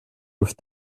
with